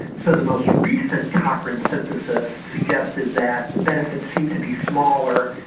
so the most recent cochrane synthesis suggested that the benefit seemed to be smaller,